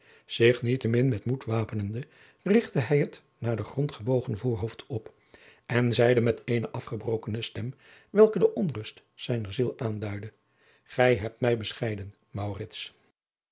zich niettemin met moed wapenende richtte hij het naar den grond gebogen voorhoofd op en zeide met eene afgebrokene stem welke de onrust zijner ziel aanduidde gij hebt mij bescheiden